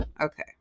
Okay